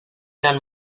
eran